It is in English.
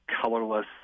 colorless